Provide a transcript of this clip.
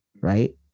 right